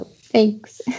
Thanks